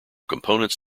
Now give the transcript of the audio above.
components